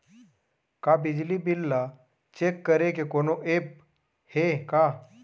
का बिजली बिल ल चेक करे के कोनो ऐप्प हे का?